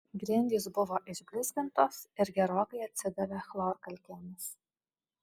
grindys buvo išblizgintos ir gerokai atsidavė chlorkalkėmis